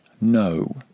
no